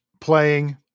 playing